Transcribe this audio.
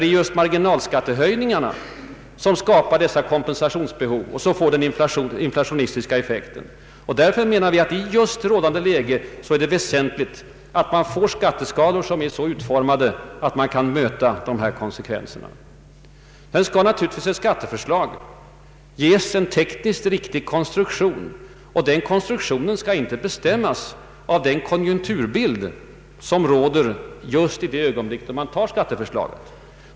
Det är just marginalskattehöjningarna som skapar kompensationsbehov och får en allvarlig inflationistisk effekt. Därför menar vi att det i rådande läge är väsentligt att i stället få skatteskalor som är så utformade att denna effekt kan motverkas. Skatteförslag skall naturligtvis alltid ges en tekniskt riktig konstruktion. Konstruktionen skall inte bestämmas av den konjunkturbild som råder just i det ögonblick man antar skatteförslaget.